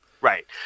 Right